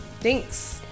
thanks